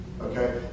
Okay